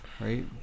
right